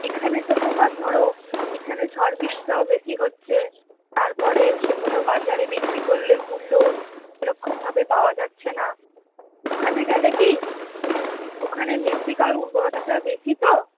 এখানে তো তোমার ধরো এখানে ঝড়বৃষ্টিটাও বেশি হচ্ছে তারপরে সেগুলো বাজারে বিক্রি করলে মূল্যও সেরকমভাবে পাওয়া যাচ্ছে না ওখানে গেলে কি ওখানে মৃত্তিকার উর্বরতাটা বেশি তো